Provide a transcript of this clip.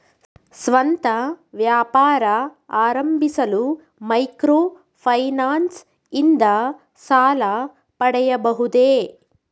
ಸ್ವಂತ ವ್ಯಾಪಾರ ಆರಂಭಿಸಲು ಮೈಕ್ರೋ ಫೈನಾನ್ಸ್ ಇಂದ ಸಾಲ ಪಡೆಯಬಹುದೇ?